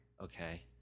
okay